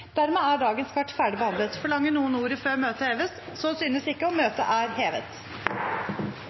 Dermed er dagens kart ferdigbehandlet. Forlanger noen ordet før møtet heves? – Møtet er hevet.